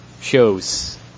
shows